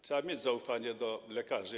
Trzeba mieć zaufanie do lekarzy.